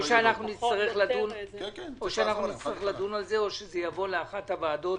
או שאנחנו נצטרך לדון על זה או שזה יעבור לאחת הוועדות